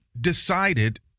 decided